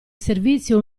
servizio